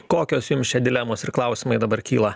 kokios jums čia dilemos ir klausimai dabar kyla